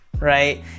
right